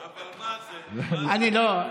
לא,